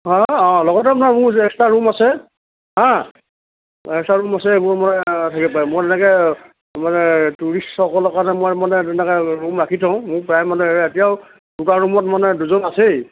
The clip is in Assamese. হা অঁ লগতে আপোনাৰ মোৰ এক্সট্ৰা ৰূম আছে হা এক্সট্ৰা ৰূম আছে এইবোৰ মই থাকিব পাৰিম এনেকে মই মানে টুৰিষ্টসকলৰ কাৰণে মই মানে তেনেকে ৰূম ৰাখি থওঁ মোৰ প্ৰায় মানে এতিয়াও দুটা ৰূমত মানে দুজন আছেই